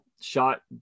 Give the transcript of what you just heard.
shot